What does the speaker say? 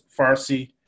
Farsi